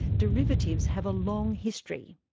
derivatives have a long history.